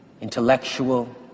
intellectual